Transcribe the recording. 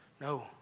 No